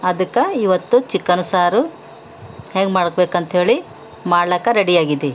ಅದಕ್ಕೆ ಇವತ್ತು ಚಿಕನ್ ಸಾರು ಹೆಂಗೆ ಮಾಡ್ಬೇಕಂಥೇಳಿ ಮಾಡ್ಲಿಕ್ಕೆ ರೆಡಿ ಆಗಿದ್ದೆ